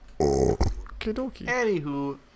Anywho